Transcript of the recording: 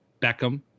Beckham